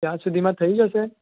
ત્યાં સુધીમાં થઈ જશે